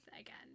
again